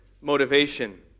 motivation